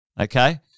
Okay